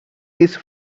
these